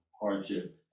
hardship